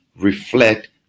reflect